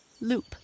Loop